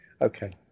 Okay